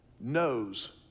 Knows